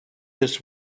this